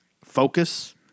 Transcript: focus